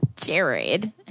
Jared